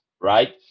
right